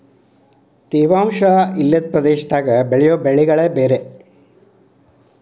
ತೇವಾಂಶ ವಿಲ್ಲದ ಪ್ರದೇಶದಲ್ಲಿ ಬೆಳೆಯುವ ಬೆಳೆಗಳೆ ಬೇರೆ